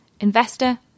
investor